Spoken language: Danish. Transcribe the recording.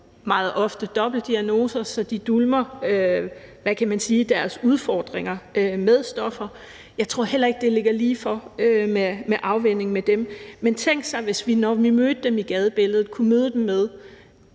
meget ofte dobbeltdiagnoser, så de dulmer deres udfordringer med stoffer. Jeg tror heller ikke, at det ligger lige for med afvænning med dem. Men tænk, hvis vi, når vi mødte dem i gadebilledet, kunne møde dem med,